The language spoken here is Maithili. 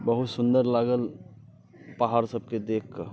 बहुत सुन्दर लागल पहाड़ सभके देखि कऽ